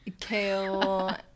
Kale